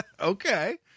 Okay